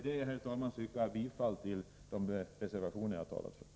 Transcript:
Med det sagda yrkar jag bifall till de reservationer som jag har berört.